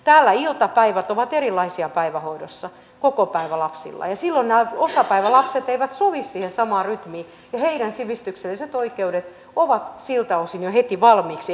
täällä iltapäivät ovat erilaisia päivähoidossa kokopäivälapsilla ja silloin nämä osapäivälapset eivät sovi siihen samaan rytmiin ja heidän sivistykselliset oikeutensa ovat siltä osin jo heti valmiiksi erilaiset